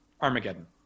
Armageddon